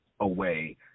away